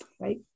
Right